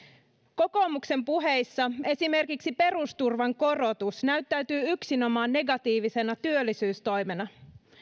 kokoomuksen puheissa esimerkiksi perusturvan korotus näyttäytyy yksinomaan negatiivisena työllisyystoimena